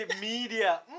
media